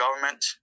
government